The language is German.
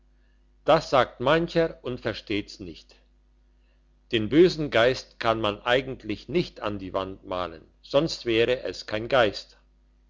das sagt mancher und versteht's nicht den bösen geist kann man eigentlich nicht an die wand malen sonst wäre es kein geist